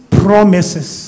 promises